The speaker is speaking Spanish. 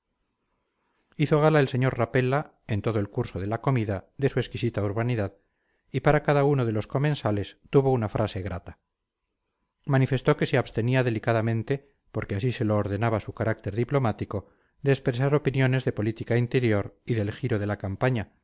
hizo gala el sr rapella en todo el curso de la comida de su exquisita urbanidad y para cada uno de los comensales tuvo una frase grata manifestó que se abstenía delicadamente porque así se lo ordenaba su carácter diplomático de expresar opiniones de política interior y del giro de la campaña